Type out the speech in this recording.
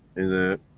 in a